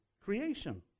creation